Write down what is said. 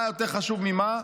מה יותר חשוב ממה,